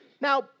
now